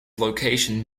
location